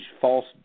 false